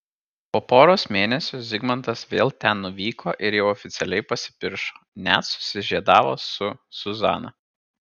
po poros mėnesių zigmantas vėl ten nuvyko ir jau oficialiai pasipiršo net susižiedavo su zuzana